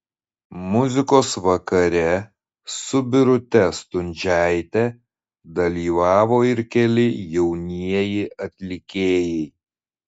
muzikos vakare su birute stundžiaite dalyvavo ir keli jaunieji atlikėjai